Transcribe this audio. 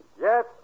Yes